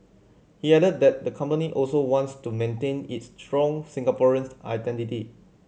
he added that the company also wants to maintain its strong Singaporeans identity